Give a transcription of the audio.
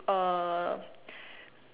a